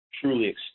truly